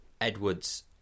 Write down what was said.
Edwards